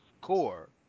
core